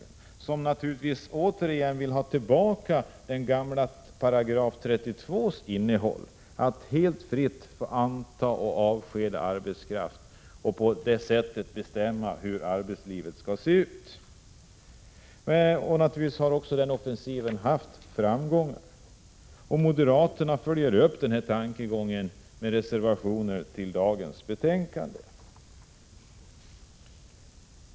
De vill naturligtvis ha tillbaka innehållet i den gamla § 32, om att arbetsgivaren helt fritt får anta och avskeda arbetskraft och på det sättet bestämma hur arbetslivet skall se ut. Offensiven har också haft framgång, och moderaterna följer upp tankegången med reservationer vid dagens betänkande.